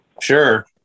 Sure